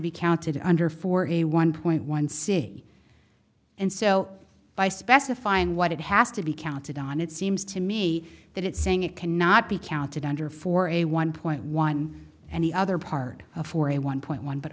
be counted under forty one point one c and so by specifying what it has to be counted on it seems to me that it's saying it cannot be counted under for a one point one and the other part for a one point one but